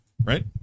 Right